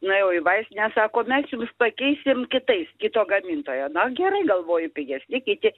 nuėjau į vaistinę sako mes jums pakeisim kitais kito gamintojo na gerai galvoju pigesni kiti